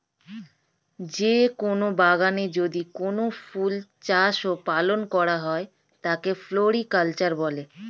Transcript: যে কোন বাগানে যদি কোনো ফুল চাষ ও পালন করা হয় তাকে ফ্লোরিকালচার বলে